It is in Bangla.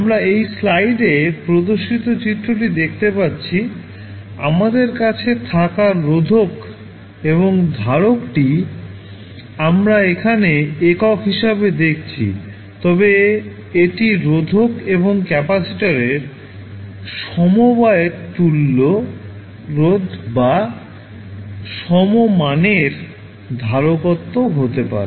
আমরা এই স্লাইডে প্রদর্শিত চিত্রটি দেখতে পাচ্ছি আমাদের কাছে থাকা রোধক এবং ধারক টি আমরা এখানে একক হিসাবে দেখছি তবে এটি রোধক এবং ক্যাপাসিটরের সমবায়ের তুল্য রোধ বা সমমানের ধারকত্ব হতে পারে